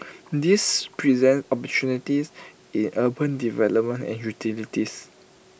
this presents opportunities in urban development and utilities